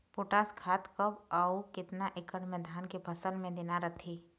Potash खाद कब अऊ केतना एकड़ मे धान के फसल मे देना रथे?